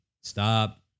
stop